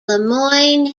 lemoine